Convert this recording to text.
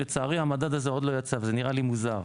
ולצערי המדד הזה עוד לא יצא וזה נראה לי מוזר.